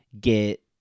get